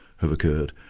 have occurred.